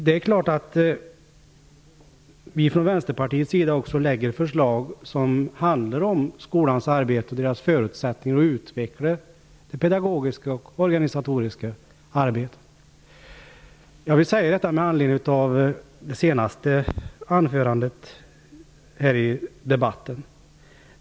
Det är klart att vi från Vänsterpartiet lägger fram förslag som handlar om skolans arbete och dess förutsättningar att utveckla det pedagogiska och organisatoriska arbetet. Detta vill jag säga med anledning av det senaste anförandet.